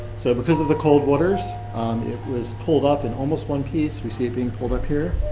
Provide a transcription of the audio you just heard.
so because of the cold waters um it was pulled up in almost one piece. we see it being pulled up here.